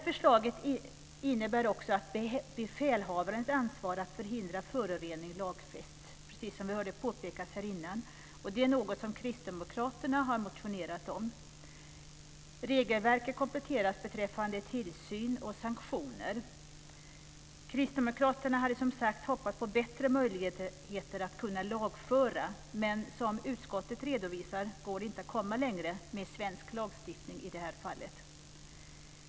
Förslaget innebär också att det är befälhavarens ansvar att förhindra att förorening lagfästs, precis som vi hörde påpekas här innan. Det är något som Kristdemokraterna har motionerat om. Regelverket kompletteras beträffande tillsyn och sanktioner. Kristdemokraterna hade som sagt hoppats på bättre möjligheter att lagföra, men som utskottet redovisar går det inte att komma längre med svensk lagstiftning i detta fall.